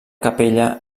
capella